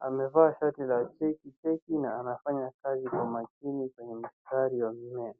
Amevaa shati la chekicheki na anafanya kazi kwa mashini kwenye mistari ya mimea.